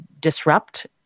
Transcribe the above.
disrupt